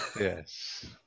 Yes